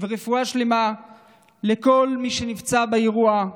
ורפואה שלמה לכל מי שנפצע באירוע.